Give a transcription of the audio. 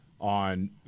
on